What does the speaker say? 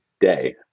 day